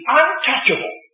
untouchable